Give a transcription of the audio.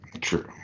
True